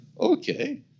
okay